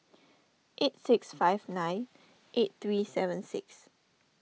eight six five nine eight three seven six